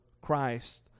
Christ